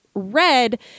Red